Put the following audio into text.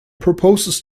proposes